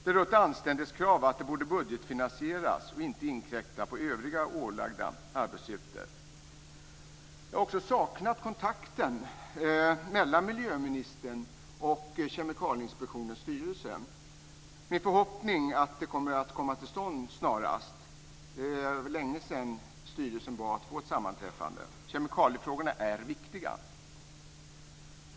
Det är då ett anständighetskrav att det borde budgetfinansieras och inte inkräkta på övriga ålagda arbetsuppgifter. Jag har också saknat kontakten mellan miljöministern och Kemikalieinspektionens styrelse. Min förhoppning är att det kommer att komma till stånd snarast. Det är länge sedan styrelsen bad att få ett sammanträffande. Kemikaliefrågorna är viktiga.